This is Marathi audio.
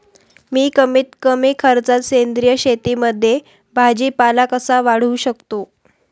मी कमीत कमी खर्चात सेंद्रिय शेतीमध्ये भाजीपाला कसा वाढवू शकतो?